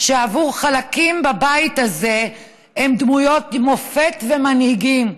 שעבור חלקים בבית הזה הן דמויות מופת ומנהיגים.